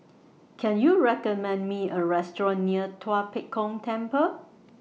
Can YOU recommend Me A Restaurant near Tua Pek Kong Temple